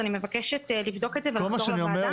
אני מבקשת לבדוק את זה ולחזור לוועדה.